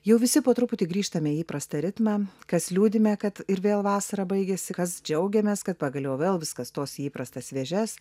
jau visi po truputį grįžtame į įprastą ritmą kas liūdime kad ir vėl vasara baigiasi kas džiaugiamės kad pagaliau vėl viskas stos į įprastas vėžes